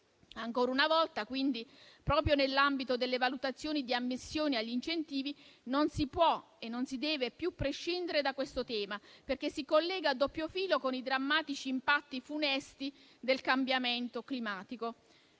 Ancora una volta, quindi, proprio nell'ambito delle valutazioni di ammissione agli incentivi, non si può e non si deve più prescindere da questo tema perché si collega a doppio filo con i drammatici impatti funesti del cambiamento climatico.